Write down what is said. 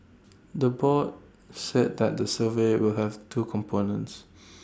the board said that the survey will have two components